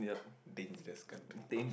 dangerous country